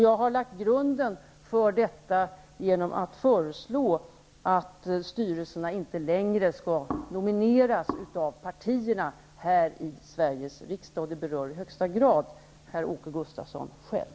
Jag har lagt grunden för detta genom att föreslå att styrelserna inte längre skall nomineras av partierna i riksdagen, och det berör i högsta grad herr Åke Gustavsson själv.